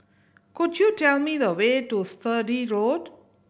could you tell me the way to Sturdee Road